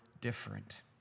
different